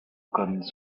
guns